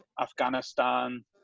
Afghanistan